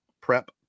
prep